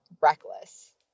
reckless